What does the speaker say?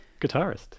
guitarist